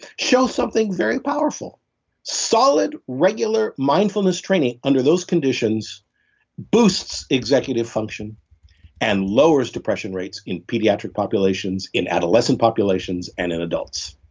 show something very powerful solid regular mindfulness training under those conditions boosts executive function and lowers depression rates in pediatric populations, in adolescent populations and in adults.